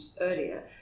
earlier